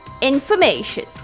information